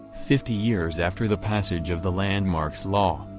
fifty years after the passage of the landmarks law,